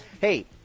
Hey